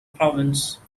province